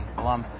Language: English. alum